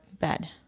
bed